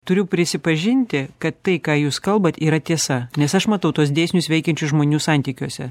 turiu prisipažinti kad tai ką jūs kalbat yra tiesa nes aš matau tuos dėsnius veikiančius žmonių santykiuose